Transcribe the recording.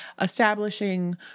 establishing